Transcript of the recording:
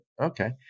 okay